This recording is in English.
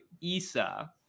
Isa